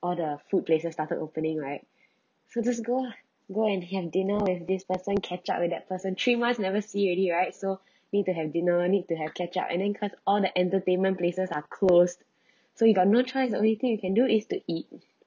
all the food places started opening right so just go lah go and have dinner with this person catch up with that person three months never see already right so need to have dinner need to have catch up and then cause all the entertainment places are closed so you got no choice the only thing you can do is to eat